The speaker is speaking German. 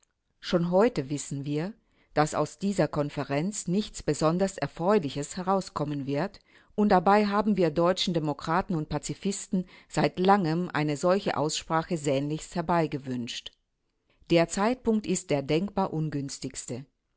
schon heute wissen wir daß aus dieser konferenz nichts besonders erfreuliches herauskommen wird und dabei haben wir deutschen demokraten und pazifisten seit langem eine solche aussprache sehnlichst herbeigewünscht der zeitpunkt ist der denkbar ungünstigste